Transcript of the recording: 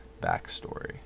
backstory